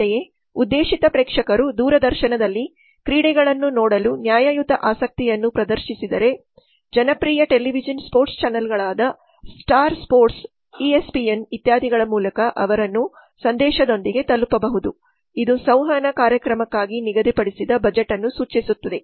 ಅಂತೆಯೇ ಉದ್ದೇಶಿತ ಪ್ರೇಕ್ಷಕರು ದೂರದರ್ಶನದಲ್ಲಿ ಕ್ರೀಡೆಗಳನ್ನು ನೋಡಲು ನ್ಯಾಯಯುತ ಆಸಕ್ತಿಯನ್ನು ಪ್ರದರ್ಶಿಸಿದರೆ ಜನಪ್ರಿಯ ಟೆಲಿವಿಷನ್ ಸ್ಪೋರ್ಟ್ಸ್ ಚಾನೆಲ್ಗಳಾದ ಸ್ಟಾರ್ ಸ್ಪೋರ್ಟ್ಸ್ ಇಎಸ್ಪಿಎನ್ ಇತ್ಯಾದಿಗಳ ಮೂಲಕ ಅವರನ್ನು ಸಂದೇಶದೊಂದಿಗೆ ತಲುಪಬಹುದು ಇದು ಸಂವಹನ ಕಾರ್ಯಕ್ರಮಕ್ಕಾಗಿ ನಿಗದಿಪಡಿಸಿದ ಬಜೆಟ್ ಅನ್ನು ಸೂಚಿಸುತ್ತದೆ